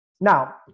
Now